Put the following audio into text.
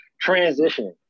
Transition